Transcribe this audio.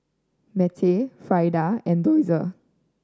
Mittie Freida and Dozier